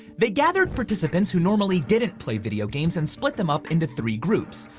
they gathered participants who normally didn't play video games and split them up into three groups,